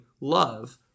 love